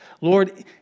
Lord